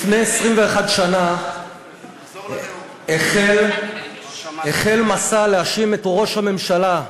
לא, לפני 21 שנה החל מסע, להאשים את ראש הממשלה,